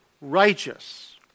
righteous